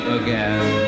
again